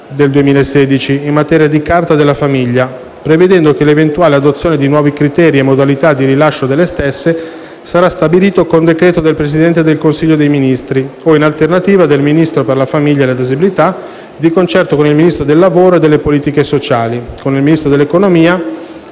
del 2016 in materia di Carta della famiglia, prevedendo che l'eventuale adozione di nuovi criteri e modalità di rilascio della stessa sarà stabilito con decreto del Presidente del Consiglio dei ministri o, in alternativa, del Ministro per la famiglia e la disabilità, di concerto con il Ministro del lavoro e delle politiche sociali, con il Ministro dell'economia